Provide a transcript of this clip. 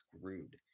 screwed